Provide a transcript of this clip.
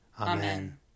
Amen